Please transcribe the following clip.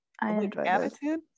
attitude